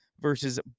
versus